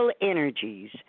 energies